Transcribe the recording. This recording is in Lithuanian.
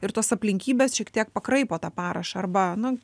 ir tos aplinkybės šiek tiek pakraipo tą parašą arba nu